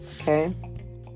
Okay